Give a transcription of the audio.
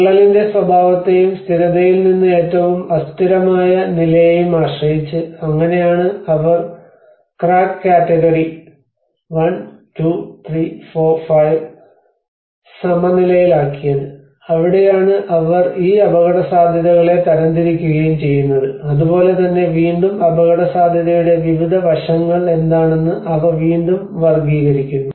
വിള്ളലിന്റെ സ്വഭാവത്തെയും സ്ഥിരതയിൽ നിന്ന് ഏറ്റവും അസ്ഥിരമായ നിലയെയും ആശ്രയിച്ച് അങ്ങനെയാണ് അവർ ക്രാക്ക് കാറ്റഗറി 1 2 3 4 5 സമനിലയിലാക്കിയത് അവിടെയാണ് അവർ ഈ അപകടസാധ്യതകളെ തരംതിരിക്കുകയും ചെയ്യുന്നത് അതുപോലെ തന്നെ വീണ്ടും അപകടസാധ്യതയുടെ വിവിധ വശങ്ങൾ എന്താണെന്ന് അവ വീണ്ടും വർഗ്ഗീകരിക്കുന്നു